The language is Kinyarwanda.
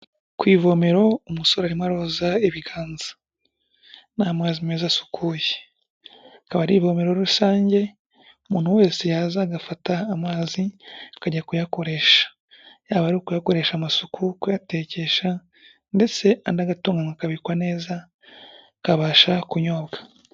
Ku ivomero umusore arimo aroza ibiganza n'amazi meza asukuye, akaba ari ivomero rusange umuntu wese yaza agafata amazi akajya kuyakoresha, yaba ari ukuyakoresha amasuku, kuyatekesha ndetse andi agatungwa akabikwa neza akabasha kunyobwa.